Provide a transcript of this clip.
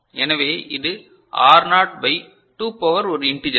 எனவே இது R0 by 2 power ஒரு இன்டிஜெர்